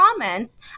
comments